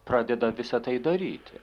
pradeda visa tai daryti